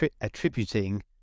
attributing